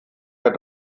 der